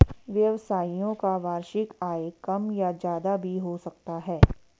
व्यवसायियों का वार्षिक आय कम या ज्यादा भी हो सकता है